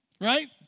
right